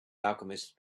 alchemists